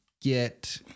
get